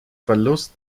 verlust